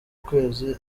kwezi